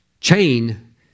chain